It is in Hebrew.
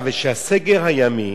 הסגר הימי